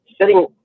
sitting